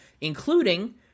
including